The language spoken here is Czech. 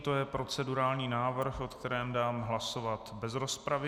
To je procedurální návrh, o kterém dám hlasovat bez rozpravy.